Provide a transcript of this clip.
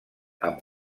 amb